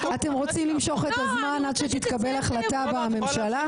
אתם רוצים למשוך את הזמן עד שתתקבל החלטה בממשלה?